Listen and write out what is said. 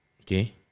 Okay